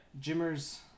Jimmer's